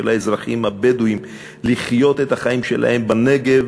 האזרחים הבדואים לחיות את חייהם בנגב,